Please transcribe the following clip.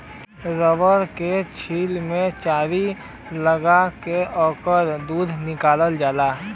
rubber के छाल में चीरा लगा के ओकर दूध निकालल जाला